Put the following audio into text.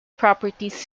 properties